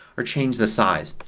or change the size.